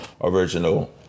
original